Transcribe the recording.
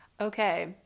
Okay